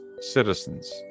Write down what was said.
citizens